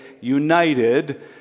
united